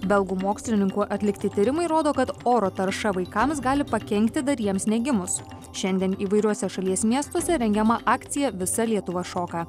belgų mokslininkų atlikti tyrimai rodo kad oro tarša vaikams gali pakenkti dar jiems negimus šiandien įvairiuose šalies miestuose rengiama akcija visa lietuva šoka